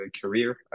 career